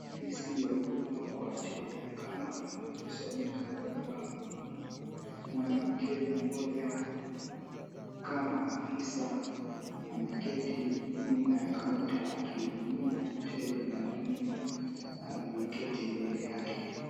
Ofisi ya huduma kwa wateja kama inavyosomeka kwenye bango nyuma. Mwanamke mmoja, kama afisa, ameketi nyuma ya kaunta akihudumia mteja mwanamume aliyeketi mbele yake.